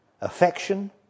Affection